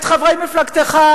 את חברי מפלגתך,